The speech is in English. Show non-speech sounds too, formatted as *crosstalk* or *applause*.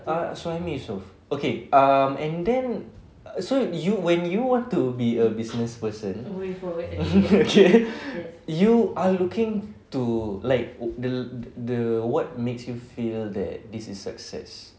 ah suhaimi yusof okay um and then err so you when you want to be a business person *laughs* okay you are looking to like the the the what makes you feel that this is success